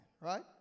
right